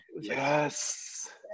yes